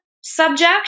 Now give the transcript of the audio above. subject